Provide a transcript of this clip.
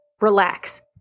relax